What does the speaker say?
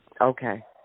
Okay